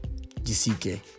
GCK